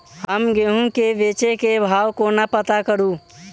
हम गेंहूँ केँ बेचै केँ भाव कोना पत्ता करू?